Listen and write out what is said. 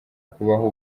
kubaho